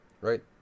right